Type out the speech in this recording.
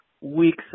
weeks